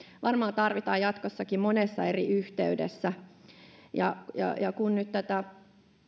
varmaan tarvitaan jatkossakin monessa eri yhteydessä kun nyt tätä